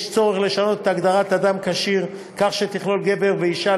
יש צורך לשנות את הגדרת "אדם כשיר" כך שתכלול גבר ואישה,